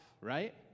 right